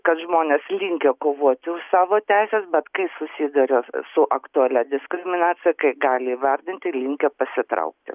kad žmonės linkę kovoti už savo teises bet kai susiduriu su aktualia diskriminacija kai gali įvardinti linkę pasitraukti